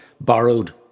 borrowed